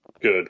Good